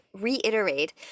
reiterate